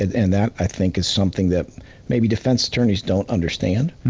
and and that, i think, is something that maybe defense attorneys don't understand,